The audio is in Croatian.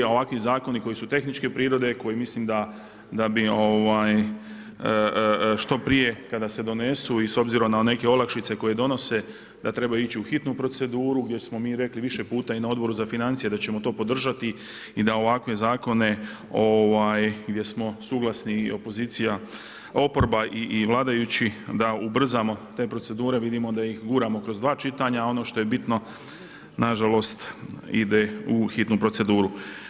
A ovakvi zakoni koji su tehničke prirode, koji mislim da bi što prije, kada se donesu i s obzirom na neke olakšice koje donose, da treba ići u hitnu proceduru, gdje smo mi rekli, više puta i na Odboru za financije da ćemo to podržati i da ovakve zakone, gdje smo suglasni opozicija, oporba i vladajući da ubrzamo te procedure, vidimo da ih guramo kroz 2 čitanja, a ono što je bitno, nažalost ide u hitnu proceduru.